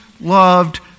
loved